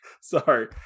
Sorry